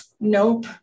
nope